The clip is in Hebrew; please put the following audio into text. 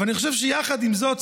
אבל אני חושב שיחד עם זאת,